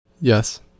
Yes